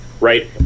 right